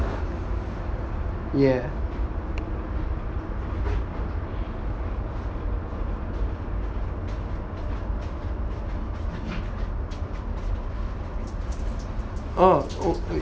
ya orh